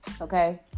Okay